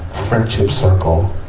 friendship circle,